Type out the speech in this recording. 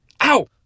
Ow